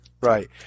right